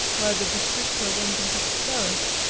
where the bistritza runs into the sereth,